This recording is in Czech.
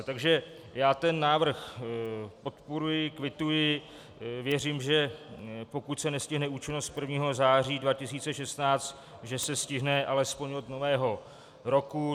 Takže já ten návrh podporuji, kvituji, věřím, že pokud se nestihne účinnost 1. září 2016, že se stihne alespoň od Nového roku.